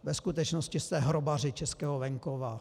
Ve skutečnosti jste hrobaři českého venkova.